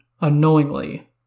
unknowingly